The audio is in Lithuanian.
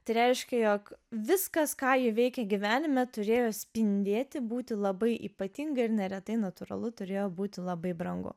tai reiškia jog viskas ką ji veikė gyvenime turėjo spindėti būti labai ypatinga ir neretai natūralu turėjo būti labai brangu